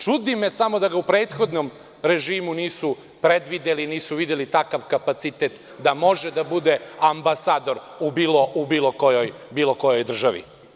Čudi me samo da ga u prethodnom režimu nisu predvideli i nisu videli takav kapacitet da može da bude ambasador u bilo kojoj državi.